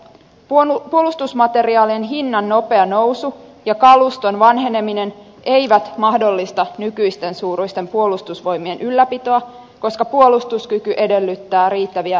puolustusmateriaalin hinnan nopea nousu ja kaluston vanheneminen eivät mahdollista nykyisten suuruisten puolustusvoimien ylläpitoa koska puolustuskyky edellyttää riittäviä materiaalihankintoja